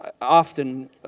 Often